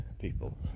people